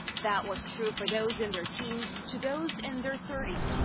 that was true for those in their teens to those in their thirties,